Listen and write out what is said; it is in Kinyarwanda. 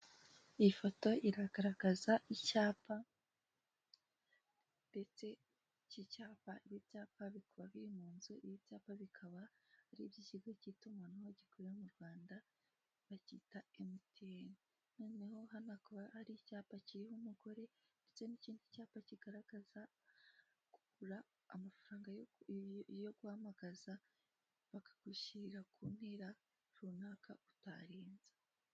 Iyi foto iragaragaza icyapa, ndetse iki cyapa , ibi byapa bikaba biri mu nzu. Ibi byapa bikaba ari iby'ikigo cy'itumanaho gikorera mu Rwanda, bacyita Emutiyene. Noneho hano hakaba ari icyapa kiriho umugore, ndetse n' ikindi cyapa kigaragaza kugura amafaranga yo guhamagaza, bakagushyirira ku mpira runaka utarenza.